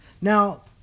Now